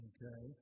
Okay